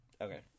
Okay